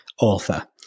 author